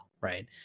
right